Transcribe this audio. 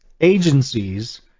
agencies